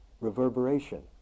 reverberation